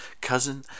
Cousin